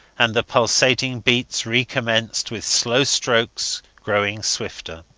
and the pulsating beats recommenced, with slow strokes growing swifter.